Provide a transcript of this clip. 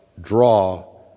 draw